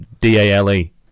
D-A-L-E